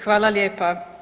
Hvala lijepa.